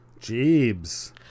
Jeebs